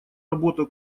работу